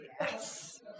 Yes